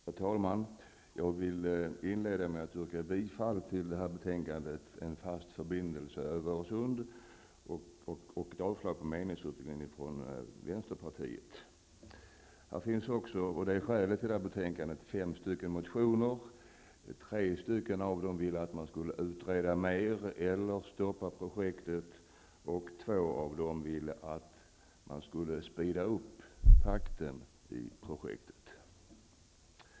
Herr talman! Jag vill inleda med att yrka bifall till hemställan i betänkandet om en fast förbindelse över Öresund och avslag på meningsyttringen från Skälet till det här betänkandet är fem motioner. I tre av dem krävs att man skall utreda mer eller stoppa projektet. I två av dem krävs att man skall öka takten i projektet.